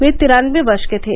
वे तिरान्नबे वर्ष के थे